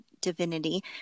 divinity